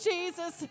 Jesus